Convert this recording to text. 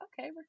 okay